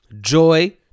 Joy